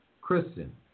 Kristen